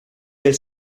del